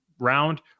round